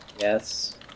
Yes